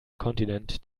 kontinent